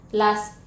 last